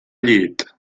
llit